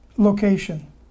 location